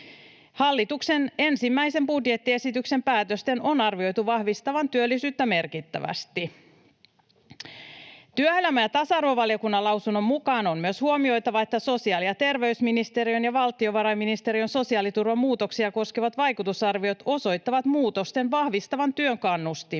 Hallituksen ensimmäisen budjettiesityksen päätösten on arvioitu vahvistavan työllisyyttä merkittävästi. Työelämä- ja tasa-arvovaliokunnan lausunnon mukaan on myös huomioitava, että sosiaali- ja terveysministeriön ja valtiovarainministeriön sosiaaliturvan muutoksia koskevat vaikutusarviot osoittavat muutosten vahvistavan työn kannustimia.